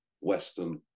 Western